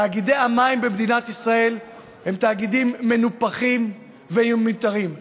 תאגידי המים במדינת ישראל הם תאגידים מנופחים ומיותרים.